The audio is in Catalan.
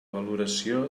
valoració